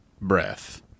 breath